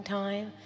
time